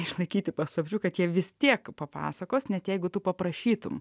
išlaikyti paslapčių kad jie vis tiek papasakos net jeigu tu paprašytum